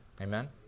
Amen